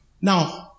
now